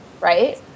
right